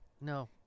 No